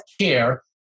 care